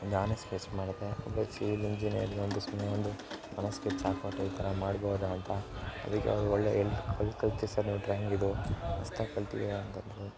ಒಂದು ಆನೆ ಸ್ಕೆಚ್ ಮಾಡಿದೆ ಒಬ್ಬ ಸಿವಿಲ್ ಇಂಜಿನಿಯರ್ದು ಒಂದು ಸುಮ್ಮನೆ ಒಂದು ಮನೆ ಸ್ಕೆಚ್ ಹಾಕ್ಕೊಟ್ಟೆ ಈ ಥರ ಮಾಡ್ಬೋದ ಅಂತ ಅದಕ್ಕೆ ಅವ್ರು ಒಳ್ಳೆ ಎಲ್ಲಿ ಎಲ್ಲಿ ಕಲಿತ್ರಿ ಸರ್ ನೀವು ಡ್ರಾಯಿಂಗ್ ಇದು ಮಸ್ತಾಗಿ ಕಲ್ತಿದ್ದೀರ ಅಂತ ಅಂದ್ರು